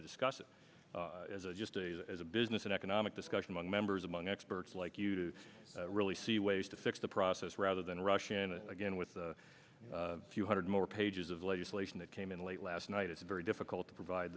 to discuss it as a just as a business an economic discussion among members among experts like you to really see ways to fix the process rather than rush in it again with a few hundred more pages of legislation that came in late last night it's very difficult to provide